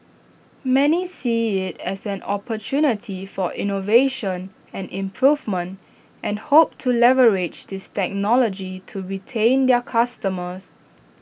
many see IT as an opportunity for innovation and improvement and hope to leverage this technology to retain their customers